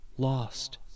lost